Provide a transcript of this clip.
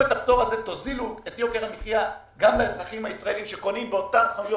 תוזילו את יוקר המחייה גם לאזרחים הישראלים שקונים בחנויות